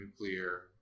nuclear